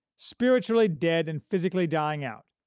spiritually dead and physically dying out,